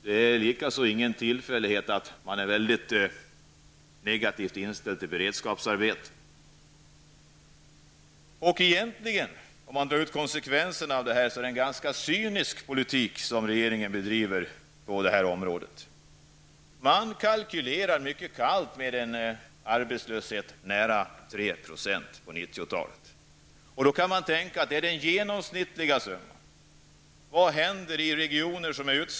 Det är inte heller någon tillfällighet att man är negativt inställd till beredskapsarbete. Egentligen är det en ganska cynisk politik som regeringen för på detta område. Man kalkylerar helt kallt med en arbetslöshet på närmare 3 % under 90-talet. Det är det genomsnittliga arbetslöshetstalet. Vad händer i utsatta regioner?